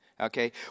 Okay